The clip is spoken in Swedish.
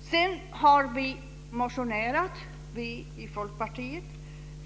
Sedan har vi i Folkpartiet motionerat